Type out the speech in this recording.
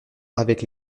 avec